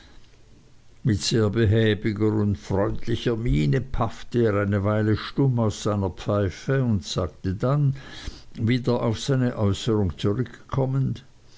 mit sehr behäbiger und freundlicher miene paffte er eine weile stumm aus seiner pfeife und sagte dann wieder auf seine äußerung zurückkommend